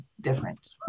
different